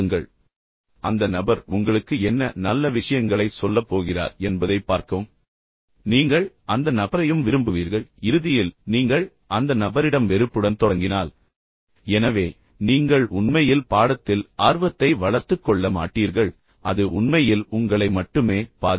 அந்த நபரின் மீது கவனம் செலுத்த வேண்டாம் அந்த நபர் உங்களுக்கு என்ன நல்ல விஷயங்களைச் சொல்லப் போகிறார் என்பதைப் பார்க்க முயற்சிக்கவும் பின்னர் நீங்கள் அந்த நபரையும் விரும்புவீர்கள் ஆனால் இறுதியில் நீங்கள் அந்த நபரிடம் வெறுப்புடன் தொடங்கினால் எனவே நீங்கள் உண்மையில் பாடத்தில் ஆர்வத்தை வளர்த்துக் கொள்ள மாட்டீர்கள் அது உண்மையில் உங்களை மட்டுமே பாதிக்கும்